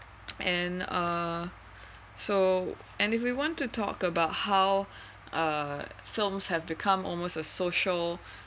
and uh so and if we want to talk about how uh films have become almost a social